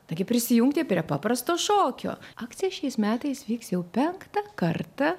taigi prisijungti prie paprasto šokio akcija šiais metais vyks jau penktą kartą